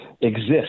exist